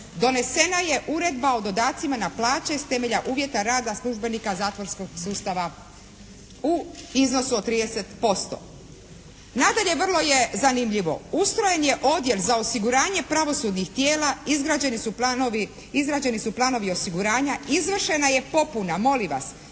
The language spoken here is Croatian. Donesena je uredba o dodacima na plaće s temelja uvjeta rada službenika zatvorskog sustava u iznosu od 30%. Nadalje vrlo je zanimljivo. Ustrojen je odjel za osiguranje pravosudnih tijela, izgrađeni su planovi, izrađeni su planovi osiguranja. Izvršena je popuna, molim vas,